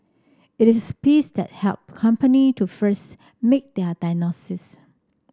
it is the piece that help company to first make their diagnosis